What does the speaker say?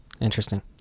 Interesting